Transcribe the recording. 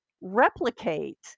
replicate